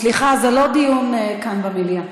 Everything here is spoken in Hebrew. סליחה, זה לא דיון כאן במליאה.